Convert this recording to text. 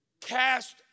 Cast